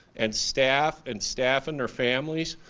and staff, and staff and their families,